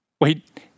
Wait